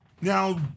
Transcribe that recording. Now